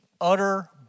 utter